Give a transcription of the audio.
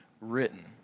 written